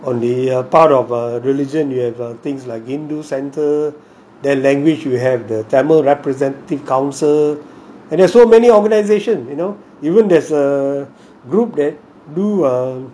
only a part of a religion you have err things like hindu centre theb language you have the tamil representative council and there are so many organizations you know even there's a group that do um